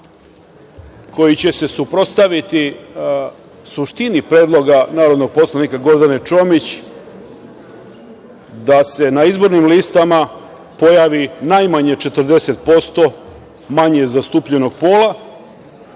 koji će se suprotstaviti suštini predloga narodnog poslanika Gordane Čomić da se na izbornim listama pojavi najmanje 40% manje zastupljenog pola,